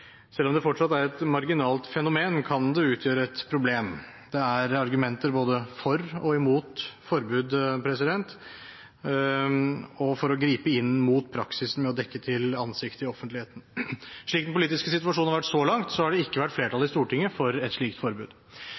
Selv om det fortsatt er et marginalt fenomen, kan det utgjøre et problem. Det er argumenter både for og imot forbud, og for å gripe inn mot praksisen med å dekke til ansiktet i offentligheten. Slik den politiske situasjonen har vært så langt, har det ikke vært flertall i Stortinget for et slikt forbud.